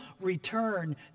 return